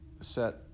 set